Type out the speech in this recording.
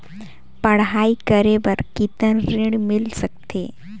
पढ़ाई करे बार कितन ऋण मिल सकथे?